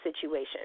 situation